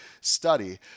study